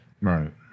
Right